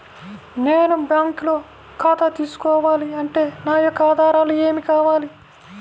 నేను బ్యాంకులో ఖాతా తీసుకోవాలి అంటే నా యొక్క ఆధారాలు ఏమి కావాలి?